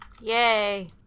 Yay